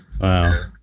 Wow